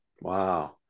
Wow